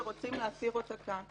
שרוצים להסיר אותה כאן.